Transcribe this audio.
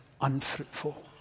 unfruitful